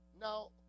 Now